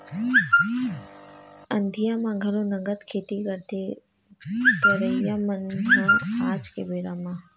अंधिया म घलो नंगत खेती करथे करइया मन ह आज के बेरा म